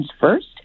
first